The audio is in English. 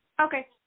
Okay